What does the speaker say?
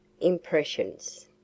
IMPRESSIONS